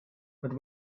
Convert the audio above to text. but